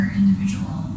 individual